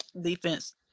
defense